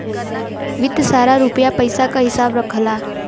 वित्त सारा रुपिया पइसा क हिसाब रखला